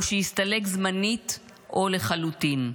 או שיסתלק זמנית או לחלוטין".